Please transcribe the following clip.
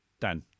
Dan